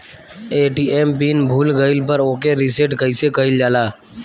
ATM pin भूल गईल पर ओके रीसेट कइसे कइल जाला?